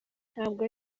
ntabwo